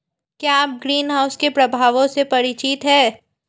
क्या आप ग्रीनहाउस के प्रभावों से परिचित हैं?